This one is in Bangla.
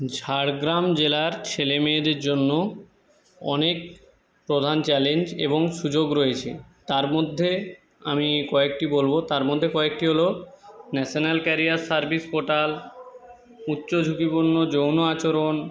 ঝাড়গ্রাম জেলার ছেলে মেয়েদের জন্য অনেক প্রধান চ্যালেঞ্জ এবং সুযোগ রয়েছে তার মধ্যে আমি কয়েকটি বলবো তার মধ্যে কয়েকটি হলো ন্যাশেনাল ক্যারিয়ার সার্ভিস পোর্টাল উচ্চ ঝুঁকিপূর্ণ যৌন আচরণ